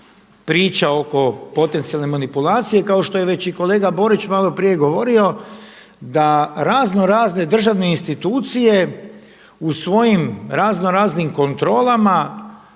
priča oko potencijalne manipulacije kao što je već i kolega Borić maloprije govorio da razno razne državne institucije u svojim razno raznim kontrolama